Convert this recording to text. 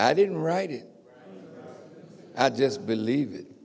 i didn't write it i just believe